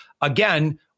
again